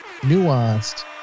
nuanced